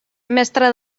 mestre